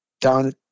down